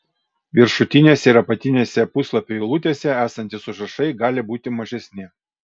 viršutinėse ir apatinėse puslapių eilutėse esantys užrašai gali būti mažesni